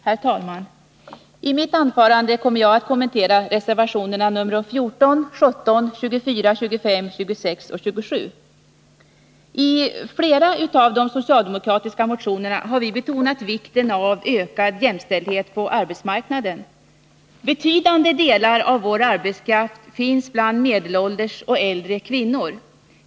Herr talman! I mitt anförande kommer jag att kommentera reservationerna nr 14, 17, 24, 25, 26 och 27. I flera av de socialdemokratiska motionerna har vi betonat vikten av ökad jämställdhet på arbetsmarknaden. Betydande delar av vår arbetskraft finns bland medelålders och äldre kvinnor.